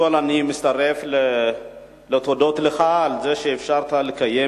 אני מצטרף לתודות לך על זה שאפשרת לקיים